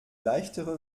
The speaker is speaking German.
leichtere